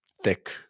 thick